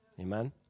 Amen